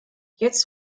jetzt